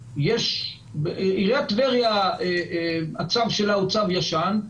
הצו של עיריית טבריה הוא צו ישן.